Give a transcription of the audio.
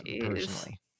personally